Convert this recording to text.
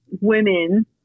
women